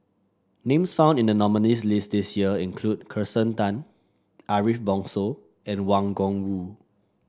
names found in the nominees' list this year include Kirsten Tan Ariff Bongso and Wang Gungwu